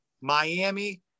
Miami